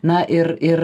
na ir ir